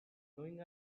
going